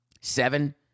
Seven